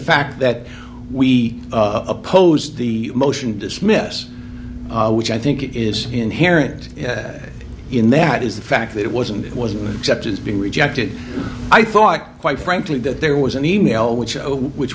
fact that we opposed the motion to dismiss which i think is inherent in that is the fact that it wasn't it wasn't accepted as being rejected i thought quite frankly that there was an e mail which i which